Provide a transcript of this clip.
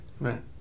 Man